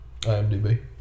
IMDB